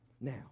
now